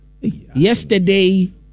Yesterday